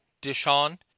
Dishon